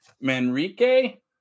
Manrique